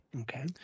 okay